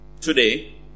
today